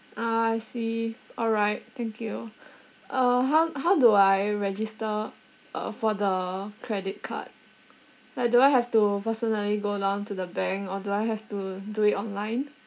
ah I see all right thank you uh how how do I register uh for the credit card like do I have to personally go down to the bank or do I have to do it online